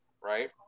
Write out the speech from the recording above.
right